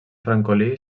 francolí